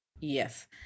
Yes